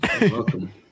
welcome